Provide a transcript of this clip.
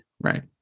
Right